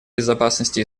безопасности